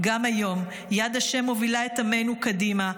גם היום יד השם מובילה את עמנו קדימה.